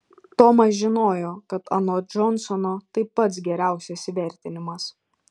tomas žinojo kad anot džonsono tai pats geriausias įvertinimas